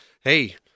hey